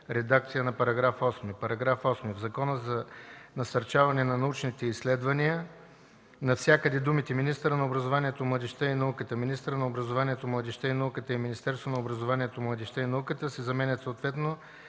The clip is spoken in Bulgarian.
редакция за § 8: „§ 8. В Закона за насърчаване на научните изследвания навсякъде думите „министърът на образованието, младежта и науката”, „министъра на образованието, младежта и науката” и „Министерството на образованието, младежта и науката” се заменят съответно